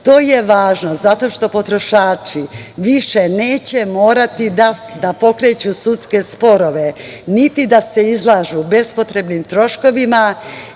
To je važno zato što potrošači više neće morati da pokreću sudske sporove, niti da se izlažu bespotrebnim troškovima,